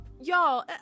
y'all